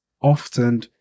often